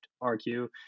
argue